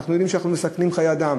אנחנו יודעים שאנחנו מסכנים חיי אדם.